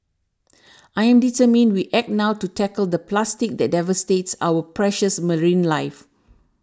I am determined we act now to tackle the plastic that devastates our precious marine life